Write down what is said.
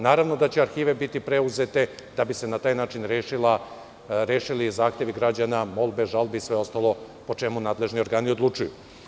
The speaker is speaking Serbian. Naravno da će arhive biti preuzete da bi se na taj način rešili zahtevi građana, molbe, žalbe i sve ostalo o čemu nadležni organi odlučuju.